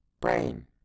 Brain